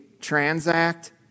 transact